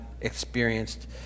experienced